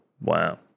Wow